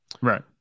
Right